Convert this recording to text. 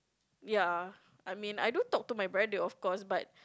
ya I mean I do talk to my brother of course but